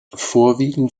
vorwiegend